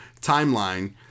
timeline